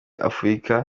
afurika